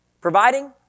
Providing